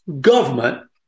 government